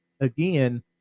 again